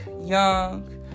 young